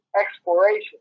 exploration